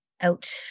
out